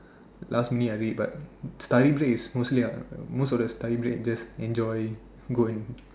last minute I read but study break is mostly ah most of the study break is just enjoy go and